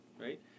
Right